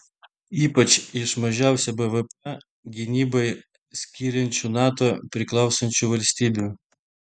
ypač iš mažiausią bvp gynybai skiriančių nato priklausančių valstybių